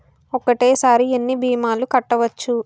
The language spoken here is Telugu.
ఒక్కటేసరి ఎన్ని భీమాలు కట్టవచ్చు?